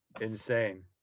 insane